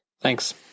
Thanks